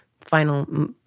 final